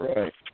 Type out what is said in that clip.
Right